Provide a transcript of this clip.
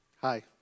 Hi